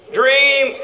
dream